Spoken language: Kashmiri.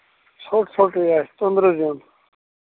ژھوٚٹ ژھوٚٹُے آسہِ تونٛدرٕ زیُن